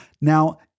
now